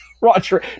Roger